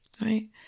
right